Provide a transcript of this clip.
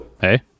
Hey